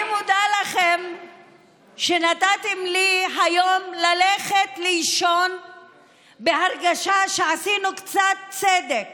אני מודה לכם שנתתם לי היום ללכת לישון בהרגשה שעשינו קצת צדק